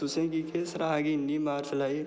तुसेंगी केह् सनांऽ कि इ'न्नी मार चलाई